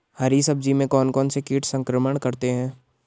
हरी सब्जी में कौन कौन से कीट संक्रमण करते हैं?